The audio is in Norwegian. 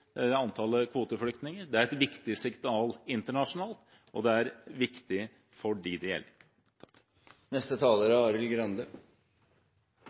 antallet kvoteflyktninger. Det er et viktig signal internasjonalt, og det er viktig for dem det gjelder.